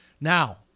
Now